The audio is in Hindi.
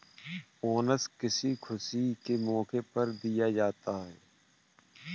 बोनस किसी खुशी के मौके पर दिया जा सकता है